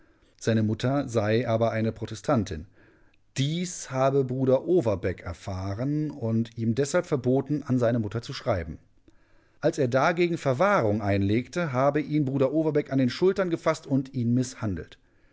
seine mutter sei aber eine protestantin dies habe bruder overbeck erfahren und ihm deshalb verboten an seine mutter zu schreiben als er dagegen verwahrung einlegte habe ihn bruder overbeck an den schultern gefaßt und ihn mißhandelt